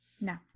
No